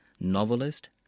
novelist